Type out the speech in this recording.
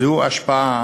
זו ההשפעה